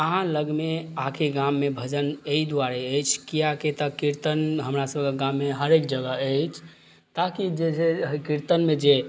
आहाँ लगमे आखिर गाममे भजन एहि दुआरे अछि कियाकि तऽ कीर्तन हमरा सबके गाममे हरेक जगह अछि ताकि जे जे कीर्तनमे जे